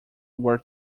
were